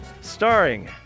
Starring